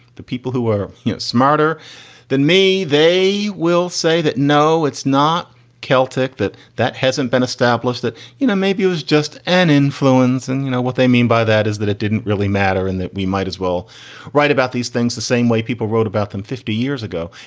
the people who are smarter than me, they will say that, no, it's not celtic, that that hasn't been established, that, you know, maybe it was just an influence. and, you know, what they mean by that is that it didn't really matter and that we might as well write about these things the same way people wrote about them fifty years ago.